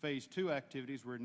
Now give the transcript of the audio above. phase two activities were